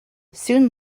soon